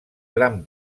gran